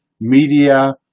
media